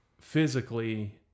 physically